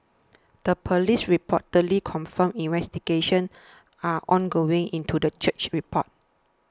the police reportedly confirmed investigations are ongoing into the church's report